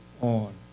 on